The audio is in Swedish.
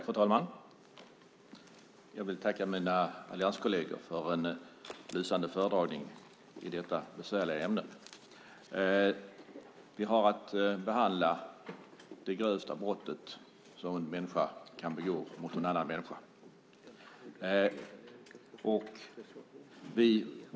Fru talman! Jag vill tacka mina allianskolleger för en lysande föredragning i detta besvärliga ämne. Vi har att behandla det grövsta brottet som en människa kan begå mot en annan människa.